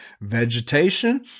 vegetation